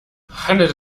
handelt